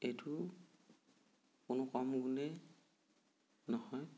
এইটো কোনো কম গুণে নহয়